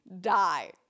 die